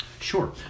Sure